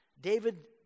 David